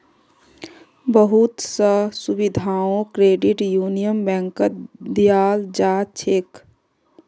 बहुत स सुविधाओ क्रेडिट यूनियन बैंकत दीयाल जा छेक